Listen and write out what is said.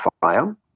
fire